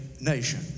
nation